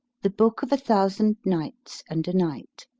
the book of the thousand nights and a night,